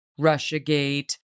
Russiagate